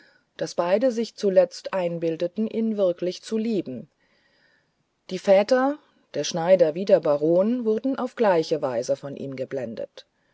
daß beide sich zuletzt einbildeten sie liebten ihn wirklich die väter der schneider wie der baron wurden auf gleiche weise von ihm geblendet